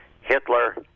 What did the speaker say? Hitler